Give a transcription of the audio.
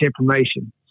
information